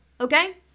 okay